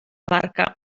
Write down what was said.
barca